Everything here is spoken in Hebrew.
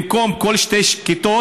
במקום כל שתי כיתות,